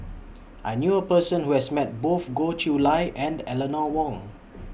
I knew A Person Who has Met Both Goh Chiew Lye and Eleanor Wong